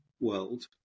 world